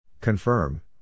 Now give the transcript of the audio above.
Confirm